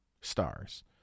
stars